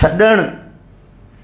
छड॒णु